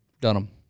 Dunham